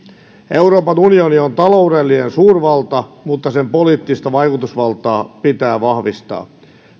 euroopan unioni on taloudellinen suurvalta mutta sen poliittista vaikutusvaltaa pitää vahvistaa